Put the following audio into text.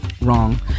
wrong